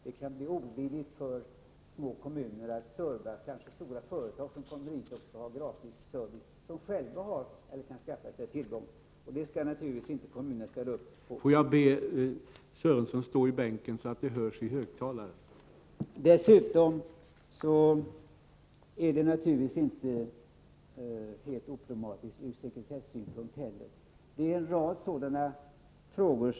Det kan bli olidligt för små kommuner att ge gratis service åt kanske stora företag, som själva kan skaffa sig tillgång till information. Dessutom är .det naturligtvis inte helt oproblematiskt ur sekretessynpunkt.